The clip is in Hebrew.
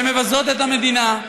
שמבזות את המדינה,